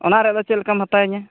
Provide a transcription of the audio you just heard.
ᱚᱱᱟ ᱨᱮᱫᱚ ᱪᱮᱫ ᱞᱮᱠᱟᱢ ᱦᱟᱛᱟᱣ ᱤᱧᱟᱹ